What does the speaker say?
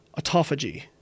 autophagy